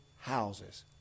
houses